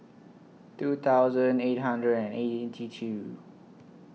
two thousand eight hundred and two